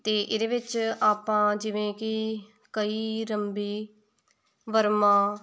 ਅਤੇ ਇਹਦੇ ਵਿੱਚ ਆਪਾਂ ਜਿਵੇਂ ਕਿ ਕਹੀ ਰੰਬੀ ਬਰਮਾ